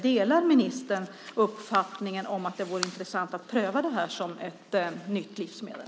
Delar ministern uppfattningen att det vore intressant att pröva detta som ett nytt livsmedel?